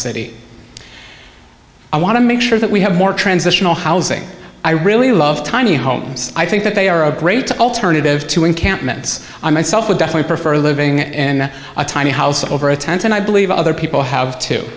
city i want to make sure that we have more transitional housing i really love tiny homes i think that they are a great alternative to encampments i myself would definitely prefer living in a tiny house over a tent and i believe other people have to